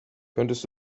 könntest